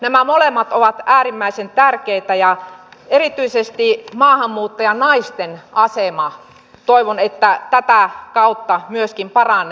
nämä molemmat ovat äärimmäisen tärkeitä ja toivon että erityisesti maahanmuuttajanaisten asema tätä kautta myöskin paranee